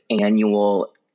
annual